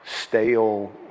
stale